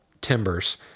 timbers